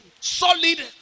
solid